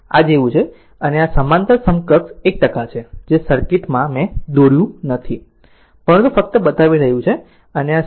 આ જેવું છે અને આ આ સમાંતર સમકક્ષ 1 છે જે સર્કિટ મેં દોર્યું નથી પરંતુ ફક્ત બતાવી રહ્યું છે અને આ 0